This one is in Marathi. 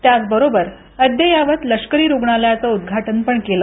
त्याचबरोबर अद्ययावत लष्करी रुग्णालयाचे उद्वाटनपण केलं